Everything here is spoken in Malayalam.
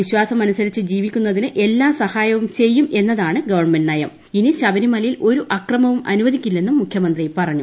വിശ്വാസം അനുസരിച്ചു ജീവിക്കുന്നതിന്നു എല്ലാ സഹായവും ചെയ്യും എന്നതാണ് ഗവൺമെന്റ് നയ്ക്ക് ഇന്നി ശബരിമലയിൽ ഒരു അക്രമവും അനുവദിക്കില്ലെന്നും മുഖ്യമന്ത്രി പറഞ്ഞു